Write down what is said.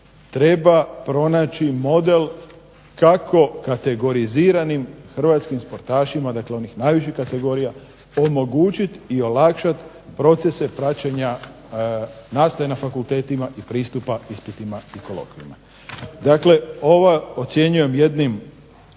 treba pronaći model kako kategoriziranim hrvatskim sportašima, dakle onih najviših kategorija omogućiti i olakšati procese praćenja nastave na fakultetima i pristupa ispitima i kolokvijima. Dakle ovo ocjenjujem jednim